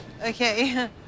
Okay